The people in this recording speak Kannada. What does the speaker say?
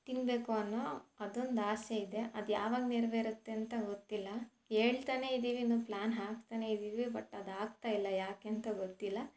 ತಿನ್ನಬೇಕು ಅನ್ನೋ ಅದೊಂದು ಆಸೆ ಇದೆ ಅದು ಯಾವಾಗ ನೆರವೇರತ್ತೆ ಅಂತ ಗೊತ್ತಿಲ್ಲ ಹೇಳ್ತನೆ ಇದ್ದೀವಿ ಇನ್ನೂ ಪ್ಲ್ಯಾನ್ ಹಾಕ್ತನೇ ಇದ್ದೀವಿ ಬಟ್ ಅದು ಆಗ್ತಾ ಇಲ್ಲ ಯಾಕೆ ಅಂತ ಗೊತ್ತಿಲ್ಲ